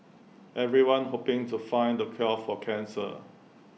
everyone's hoping to find the cure for cancer